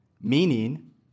meaning